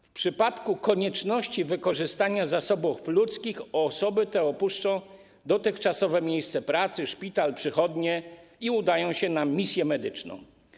W przypadku konieczności wykorzystania zasobów ludzkich osoby te opuszczają dotychczasowe miejsce pracy, czyli np. szpital, przychodnię, i udają się na misję medyczną.